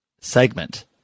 segment